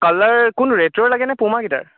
colour কোনটো ৰেট্ৰ' লাগে নে পুমাকেইটাৰ